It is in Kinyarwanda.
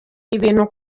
ibintu